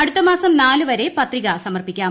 അടുത്തമാസം നാലുവരെ പത്രിക സമർപ്പിക്കാം